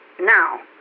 Now